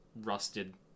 rusted